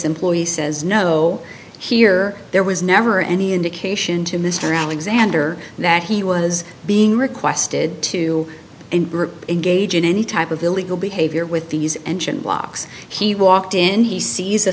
employee says no here there was never any indication to mr alexander that he was being requested to and engage in any type of illegal behavior with these engine blocks he walked in he sees